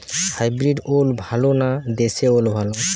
Hybrid ওল ভালো না দেশী ওল ভাল?